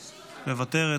מוותרת,